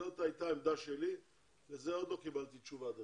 זאת הייתה העמדה שלי ולזה עוד לא קיבלתי תשובה.